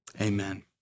amen